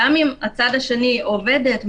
גם אם הצד השני עובדת,